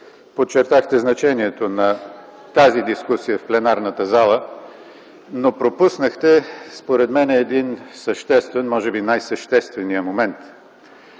Подчертахте значението на тази дискусия в пленарната зала, но пропуснахте според мен един съществен, може би най-съществения момент.